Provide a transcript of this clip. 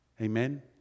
Amen